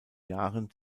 jahren